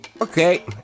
Okay